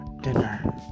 dinner